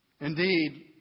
Indeed